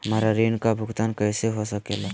हमरा ऋण का भुगतान कैसे हो सके ला?